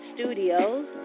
studios